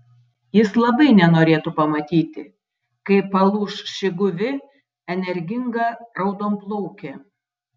jis labai nenorėtų pamatyti kaip palūš ši guvi energinga raudonplaukė